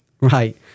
Right